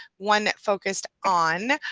one that focused on,